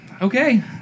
okay